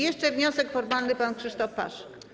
Jeszcze wniosek formalny pan Krzysztof Paszyk.